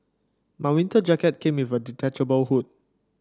my winter jacket came with a detachable hood